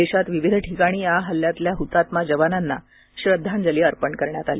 देशात विविध ठिकाणी या हल्ल्यातल्या हुतात्मा जवानांना श्रद्धांजली अर्पण करण्यात आली